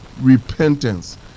repentance